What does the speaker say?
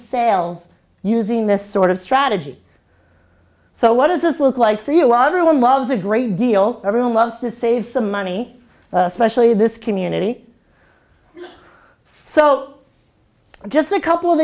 sales using this sort of strategy so what is this was like the lottery one loves a great deal everyone loves to save some money especially this community for just a couple of